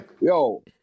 Yo